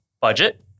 budget